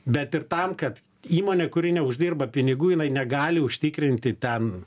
bet ir tam kad įmonė kuri neuždirba pinigų jinai negali užtikrinti ten